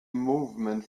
movement